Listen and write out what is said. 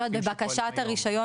בבקשת הרישיון,